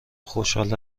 خوشحال